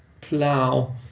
plow